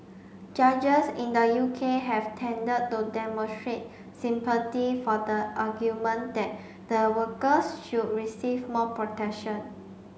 judges in the U K have tended to demonstrate sympathy for the argument that the workers should receive more protection